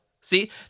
see